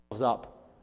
up